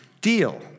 deal